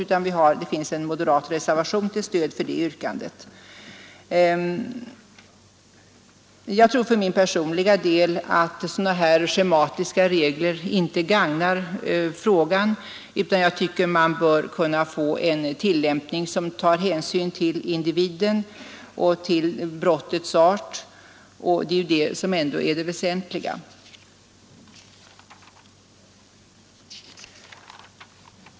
Vi moderater har avgivit en reservation till stöd för detta yrkande. Jag tror för min personliga del att sådana schematiska regler inte gagnar saken. Jag tycker att man bör kunna få en tillämpning som tar hänsyn till individen och till brottets art. Detta är ju ändå det väsentliga.